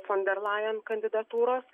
fon der lajen kandidatūros